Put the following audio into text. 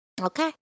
Okay